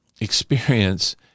experience